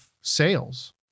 sales